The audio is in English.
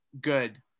good